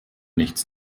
nichts